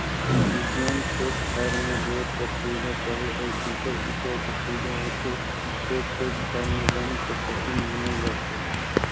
जेन खेत खाएर में बोर कर सुबिधा चहे अउ दूसर सिंचई कर सुबिधा होथे ते खेत खाएर में गहूँ कर फसिल बुनल जाथे